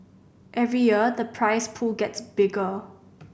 every year the prize pool gets bigger